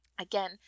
Again